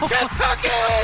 Kentucky